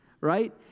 right